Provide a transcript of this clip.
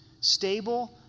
Stable